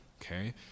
Okay